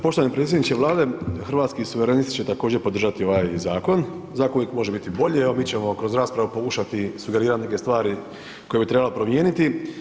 Poštovani predsjedniče Vlade, Hrvatski suverenisti će također podržati ovaj zakon, zakon uvijek može biti bolje, evo mi ćemo kroz raspravu pokušati sugerirati neke stvari koje bi trebalo promijeniti.